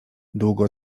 długo